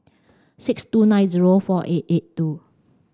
six two nine zero four eight eight two